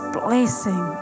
blessing